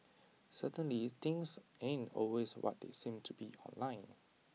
certainly things aren't always what they seem to be online